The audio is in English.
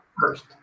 First